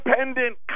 independent